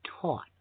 taught